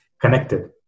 connected